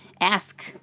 ask